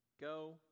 Go